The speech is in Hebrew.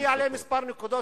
אני אעלה עוד כמה נקודות,